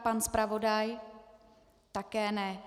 Pan zpravodaj, také ne.